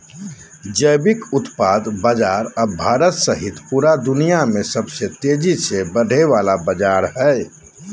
जैविक उत्पाद बाजार अब भारत सहित पूरा दुनिया में सबसे तेजी से बढ़े वला बाजार हइ